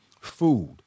food